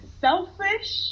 selfish